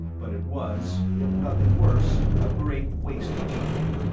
but it was, if nothing worse, a great waste of time.